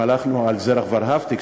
אם הלכנו על זרח ורהפטיג,